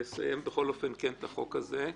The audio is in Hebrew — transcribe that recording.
בכל אופן לסיים כן את החוק הזה.